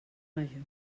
major